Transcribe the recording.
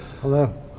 hello